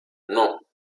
non